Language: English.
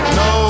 no